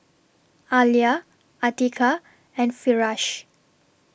Alya Atiqah and Firash